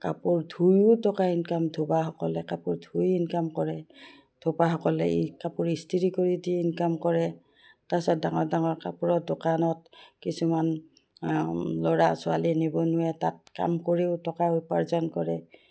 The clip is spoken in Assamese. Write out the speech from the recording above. কাপোৰ ধুইও টকা ইনকাম ধোবাসকলে কাপোৰ ধুই ইনকাম কৰে ধোবাসকলে এই কাপোৰ ইস্তি্ৰী কৰি দি ইনকাম কৰে তাৰাছত ডাঙৰ ডাঙৰ কাপোৰৰ দোকানত কিছুমান ল'ৰা ছোৱালী নিবনুৱাই তাত কাম কৰিও টকা উপাৰ্জন কৰে